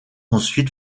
ensuite